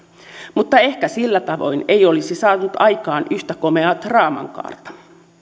mutta ehkä sillä tavoin ei olisi saanut aikaan yhtä komeaa draaman kaarta